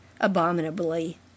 abominably